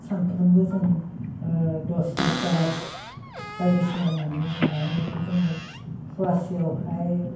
सानफ्रोमबो जों दस लिटार बायदिसिना मोनो मोननानै बेखौ जोङो फवासेयावहाय